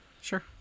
Sure